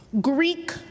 Greek